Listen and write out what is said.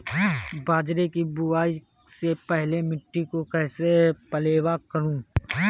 बाजरे की बुआई से पहले मिट्टी को कैसे पलेवा करूं?